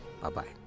Bye-bye